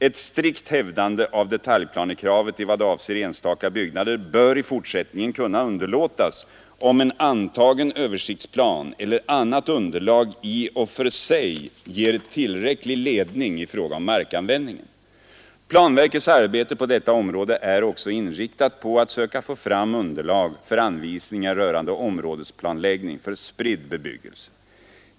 Ett strikt hävdande av detaljplanekravet i vad avser enstaka byggnader bör i fortsättningen kunna underlåtas, om en antagen översiktsplan eller annat underlag i och för sig ger tillräcklig ledning i fråga om markanvändningen. Planverkets arbete på detta område är också inriktat på att söka få fram underlag för anvisningar rörande områdesplanläggning för spridd bebyggelse.